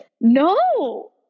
No